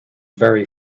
very